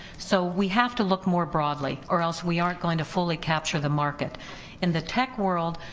so we have to look more broadly or else we aren't going to fully capture the market in the tech world.